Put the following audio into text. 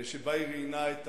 שבה היא ראיינה את